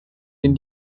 den